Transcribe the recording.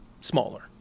smaller